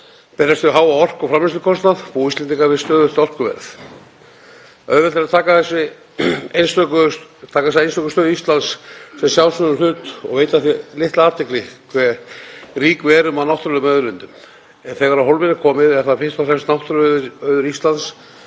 berjast við háan orku- og framleiðslukostnað búa Íslendingar við stöðugt orkuverð. Auðvelt er að taka þessari einstöku stöðu Íslands sem sjálfsögðum hlut og veita því litla athygli hve rík við erum af náttúrulegum auðlindum en þegar á hólminn er komið er það fyrst og fremst náttúruauður Íslands